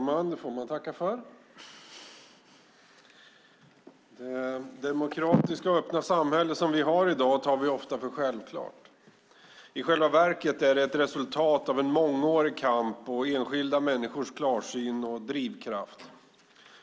Herr talman! Det demokratiska och öppna samhälle vi har i dag tar vi ofta för självklart. I själva verket är det ett resultat av en mångårig kamp och enskilda människors klarsyn och drivkraft.